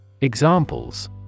Examples